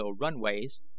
runways